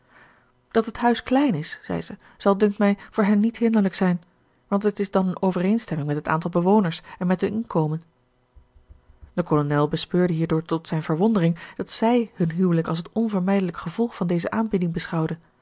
dat het huis klein is zei ze zal dunkt mij voor hen niet hinderlijk zijn want het is dan in overeenstemming met het aantal bewoners en met hun inkomen de kolonel bespeurde hierdoor tot zijn verwondering dat zij hun huwelijk als het onvermijdelijk gevolg van deze aanbieding beschouwde